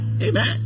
Amen